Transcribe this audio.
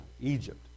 Egypt